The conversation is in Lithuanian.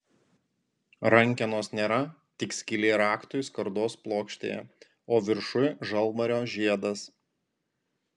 rankenos nėra tik skylė raktui skardos plokštėje o viršuj žalvario žiedas